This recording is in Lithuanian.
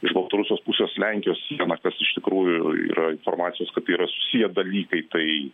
iš baltarusijos pusės lenkijos sieną kas iš tikrųjų yra informacijos kad tai yra susiję dalykai tai